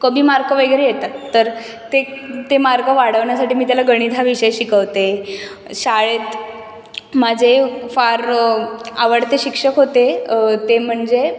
कमी मार्क वगैरे येतात तर ते ते मार्क वाढवण्यासाठी मी त्याला गणित हा विषय शिकवते शाळेत माझे फार आवडते शिक्षक होते ते म्हणजे